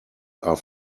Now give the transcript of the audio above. are